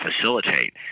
facilitate